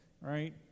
right